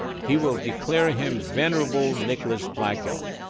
he will declare him venerable nicholas black elk.